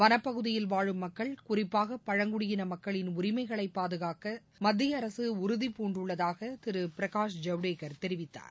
வளப்பகுதியில் வாழும் மக்கள் குறிப்பாக பழங்குடியின மக்களின் உரிமைகளை பாதுகாக்க மத்திய அரசு உறுதிபூண்டுள்ளதாக திரு பிரகாஷ் ஜவ்டேகர் தெரிவித்தார்